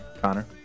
Connor